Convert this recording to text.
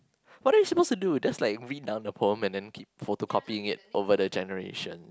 what are we suppose to do just like read down the poem and then keep photocopying it over the generation